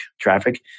traffic